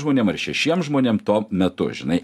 žmonėm ar šešiem žmonėm to metu žinai